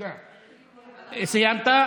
סיימת?